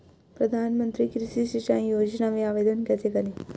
प्रधानमंत्री कृषि सिंचाई योजना में आवेदन कैसे करें?